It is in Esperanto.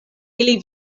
ili